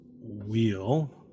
wheel